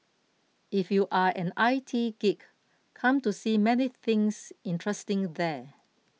if you are an I T geek come to see many things interesting there